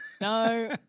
no